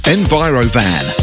Envirovan